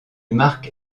marque